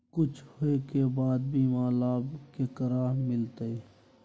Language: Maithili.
कुछ होय के बाद बीमा लाभ केकरा मिलते?